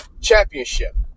championship